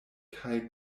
kaj